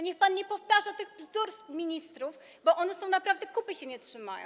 Niech pan nie powtarza tych bzdur ministrów, bo one naprawdę kupy się nie trzymają.